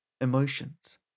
emotions